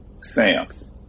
Sam's